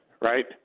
right